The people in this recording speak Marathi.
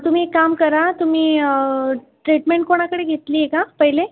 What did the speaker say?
तुम्ही एक काम करा तुम्ही ट्रीटमेंट कुणाकडे घेतली आहे का पहिले